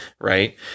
Right